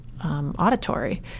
Auditory